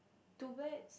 two bird